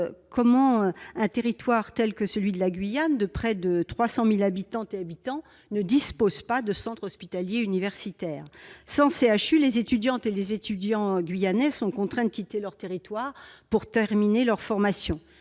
pourquoi un territoire tel que celui de la Guyane, qui compte près de 300 000 habitantes et habitants, ne dispose pas d'un centre hospitalier universitaire. En l'absence d'un CHU, les étudiantes et les étudiants guyanais sont contraints de quitter leur territoire pour terminer leur formation.